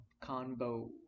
combo